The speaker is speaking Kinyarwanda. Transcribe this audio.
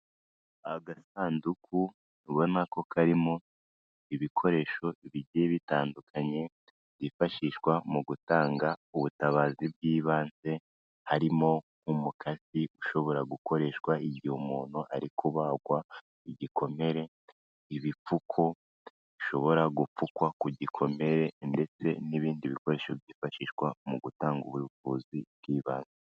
Agasanduku ubona ko karimo ibikoresho bigiye bitandukanye byifashishwa mu gutanga ubutabazi bw'ibanze, harimo umukasi ushobora gukoreshwa igihe umuntu ari kubagwa igikomere, ibipfuko bishobora gupfukwa ku gikomere, ndetse n'ibindi bikoresho byifashishwa mu gutanga ubuvuzi bw'ibanze.